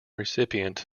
recipient